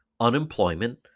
unemployment